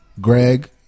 Greg